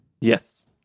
Yes